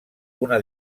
una